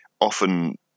often